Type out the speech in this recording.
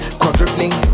quadrupling